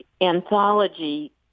anthology